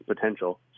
potential